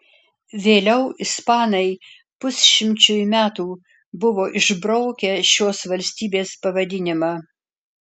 vėliau ispanai pusšimčiui metų buvo išbraukę šios valstybės pavadinimą